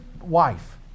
wife